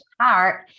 heart